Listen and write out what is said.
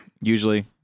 Usually